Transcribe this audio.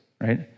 right